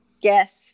Yes